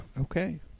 Okay